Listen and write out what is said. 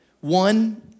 One